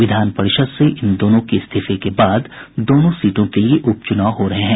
विधान परिषद् से इन दोनों के इस्तीफे के बाद दोनों सीटों के लिये उपचुनाव हो रहे हैं